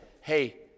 hey